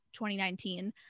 2019